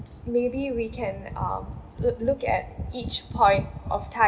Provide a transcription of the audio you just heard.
maybe we can um lo~ look at each point of time